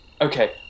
Okay